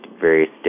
various